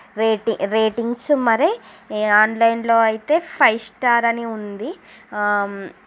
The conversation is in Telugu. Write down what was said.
రేట్ రేటింగ్స్ మరి ఆన్లైన్లో అయితే ఫైవ్ స్టార్ అని ఉంది